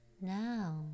Now